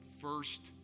first